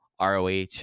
ROH